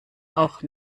auch